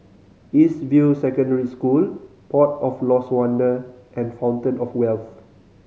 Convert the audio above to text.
East View Secondary School Port of Lost Wonder and Fountain Of Wealth